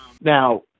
Now